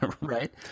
right